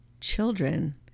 children